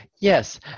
Yes